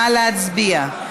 נא להצביע.